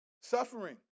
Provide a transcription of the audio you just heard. Suffering